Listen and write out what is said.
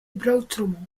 broodtrommel